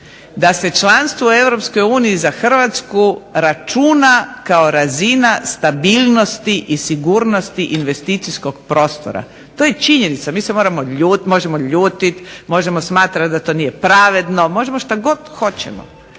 da se članstvo u Europskoj uniji za Hrvatsku računa kao razina stabilnosti i sigurnosti investicijskog prostora. To je činjenica. Mi se možemo ljutiti, možemo smatrati da to nije pravedno, možemo šta god hoćemo.